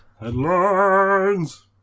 Headlines